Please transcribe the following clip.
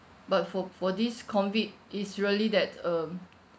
but for for this COVID is really that um